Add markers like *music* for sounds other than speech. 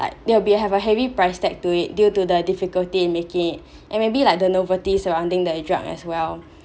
like there will be a have a heavy price tag to it due to the difficulty in making it *breath* and maybe like the novelty surrounding the drug as well